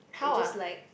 it just like